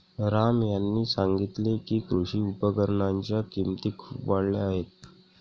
राम यांनी सांगितले की, कृषी उपकरणांच्या किमती खूप वाढल्या आहेत